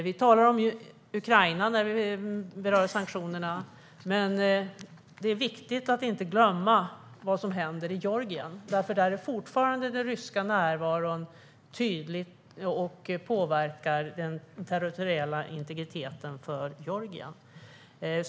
Sanktionerna berör Ukraina. Men det är viktigt att inte glömma det som händer i Georgien. Där är den ryska närvaron fortfarande tydlig, och den påverkar den territoriella integriteten för Georgien.